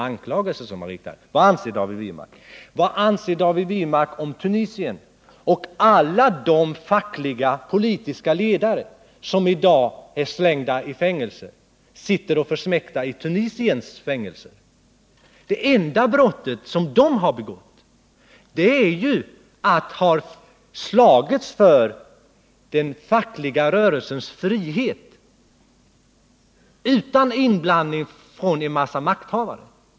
Vad anser David Wirmark om Tunisien och alla de fackliga och politiska ledare som i dag har kastats i fängelse? De sitter nu och försmäktar i tunisiska fängelser. Det enda brott de begått är att ha slagits för den fackliga rörelsens frihet utan inblandning från en massa makthavare.